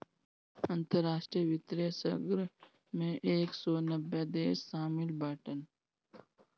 अंतरराष्ट्रीय वित्तीय संघ मे एक सौ नब्बे देस शामिल बाटन